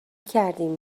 کردیم